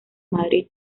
madrid